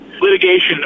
litigation